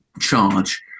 charge